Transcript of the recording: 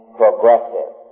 progressive